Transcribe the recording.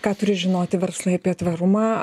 ką turi žinoti verslai apie tvarumą